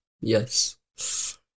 yes